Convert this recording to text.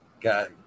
got